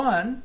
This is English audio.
One